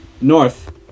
north